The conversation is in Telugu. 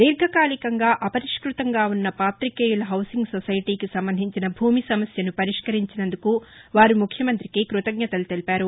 దీర్ఘకాలికంగా అపరిష్యతంగా వున్న పాతికేయుల హౌసింగ్ సొసైటీకి సంబంధించిన భూమి సమస్యను పరిష్కరించినందుకు వారు ముఖ్యమంత్రికి క్బతజ్ఞతలు తెలిపారు